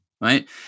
right